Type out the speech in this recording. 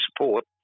support